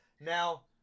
Now